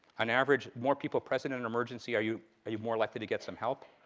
on average, more people present in an emergency, are you you more likely to get some help?